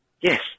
Yes